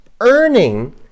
earning